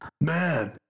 man